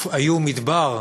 היו מדבר,